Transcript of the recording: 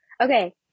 okay